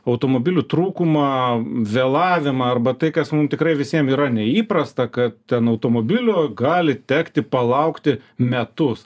automobilių trūkumą vėlavimą arba tai kas mum tikrai visiem yra neįprasta kad ten automobilio gali tekti palaukti metus